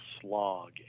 slog